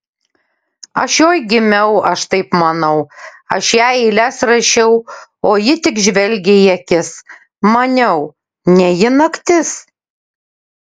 aš joj gimiau aš taip manau aš jai eiles rašiau o ji tik žvelgė į akis maniau ne ji naktis